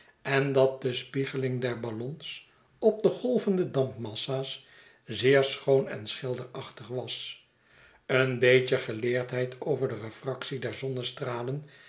en dat de spiegeling der ballons op de golvende dampmassa's zeer schoon en schilderachtig was een beetje geleerdheid over de refractie der zonnestralen